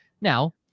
Now